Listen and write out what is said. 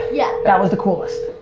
yeah. that was the coolest.